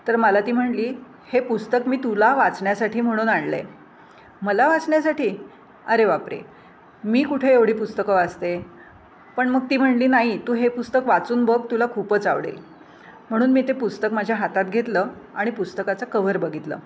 तर मला ती म्हणली हे पुस्तक मी तुला वाचण्यासाठी म्हणून आणलं आहे मला वाचण्यासाठी अरे बापरे मी कुठे एवढी पुस्तकं वाचते पण मग ती म्हणली नाही तू हे पुस्तक वाचून बघ तुला खूपच आवडेल म्हणून मी ते पुस्तक माझ्या हातात घेतलं आणि पुस्तकाचं कव्हर बघितलं